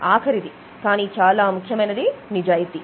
ఆఖరిది కాని చాలా ముఖ్యమైనది నిజాయితీ